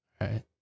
right